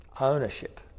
Ownership